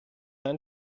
ein